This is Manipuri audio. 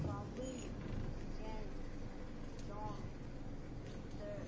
ꯄꯥꯎꯋꯤ ꯖꯦꯝꯁ ꯖꯣꯟ ꯄꯤꯇꯔ